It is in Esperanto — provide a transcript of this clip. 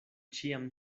ĉiam